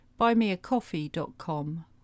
buymeacoffee.com